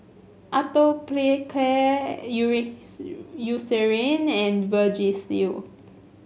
Atopiclair Eucerin and Vagisil